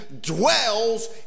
dwells